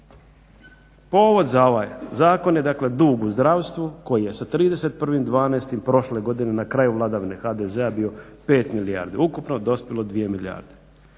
Povod za ovaj zakon je dakle dug u zdravstvu koji je sa 31.12. prošle godine na kraju vladavine HDZ-a bio 5 milijardi, ukupno dospjelo 2 milijarde